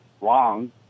wrong